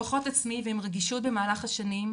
בכוחות עצמי ועם רגישות במהלך השנים,